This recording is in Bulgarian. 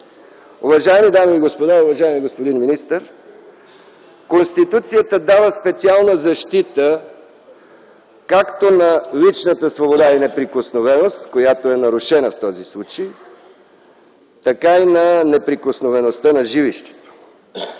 Уважаеми дами и господа, уважаеми господин министър, Конституцията дава специална защита както на личната свобода и на неприкосновеност, която е нарушена в този случай, така и на неприкосновеността на жилището.